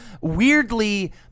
weirdly